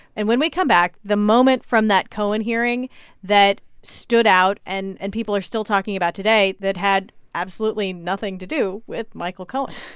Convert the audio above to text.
and when we come back, the moment from that cohen hearing that stood out and and people are still talking about today that had absolutely nothing to do with michael cohen